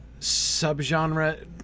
subgenre